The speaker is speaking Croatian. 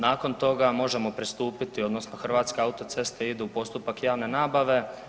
Nakon toga možemo pristupiti odnosno Hrvatske autoceste idu u postupak javne nabave.